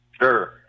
Sure